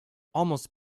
almost